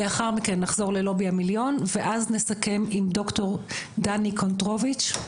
לאחר מכן נחזור ללובי המיליון ואז נסכם עם ד"ר דני קנטורוביץ',